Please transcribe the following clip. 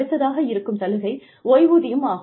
அடுத்ததாக இருக்கும் சலுகை ஓய்வூதியம் ஆகும்